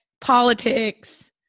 politics